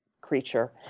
creature